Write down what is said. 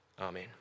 Amen